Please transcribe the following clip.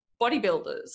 bodybuilders